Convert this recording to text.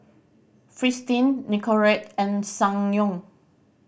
Fristine Nicorette and Ssangyong